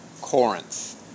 Corinth